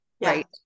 right